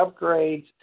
upgrades